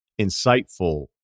insightful